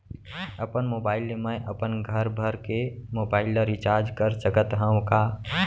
अपन मोबाइल ले मैं अपन घरभर के मोबाइल ला रिचार्ज कर सकत हव का?